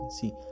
see